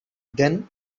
then